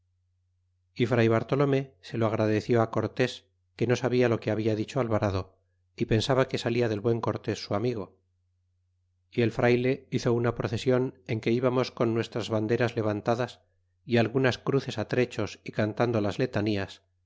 bien fr bartolome se lo agradeció cortés que no sabia lo que había dicho alvarado y pensaba que salía del buen cortes su amigo y el frayle hizo una procesion en que íbamos con nuestras banderas levantadas y algunas cruces trechos y careando las letanías